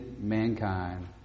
mankind